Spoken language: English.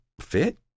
fit